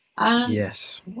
Yes